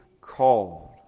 called